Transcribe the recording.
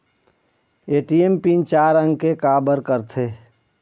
ATM pin चार अंक के का बर करथे?